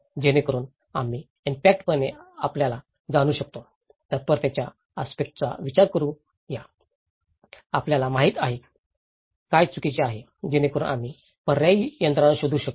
जेणेकरून आम्ही इम्पॅक्टीपणे आपल्याला जाणू शकतो तत्परतेच्या आस्पेक्टसंचा विचार करू या आपल्याला काय माहित आहे काय चुकीचे आहे जेणेकरून आम्ही पर्यायी यंत्रणा शोधू शकू